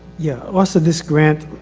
yeah, most of this grant.